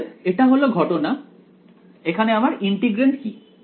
অতএব এটা হল ঘটনা এখানে আমার ইন্টিগ্রান্ড কি